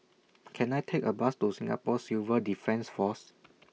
Can I Take A Bus to Singapore Civil Defence Force